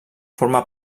forma